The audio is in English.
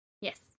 Yes